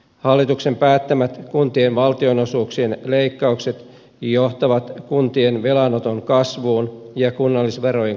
hallituksen päättämät kuntien valtionosuuksien leikkaukset johtavat kuntien velanoton kasvuun ja kunnallisverojen korotuksiin